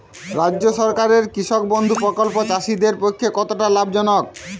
রাজ্য সরকারের কৃষক বন্ধু প্রকল্প চাষীদের পক্ষে কতটা লাভজনক?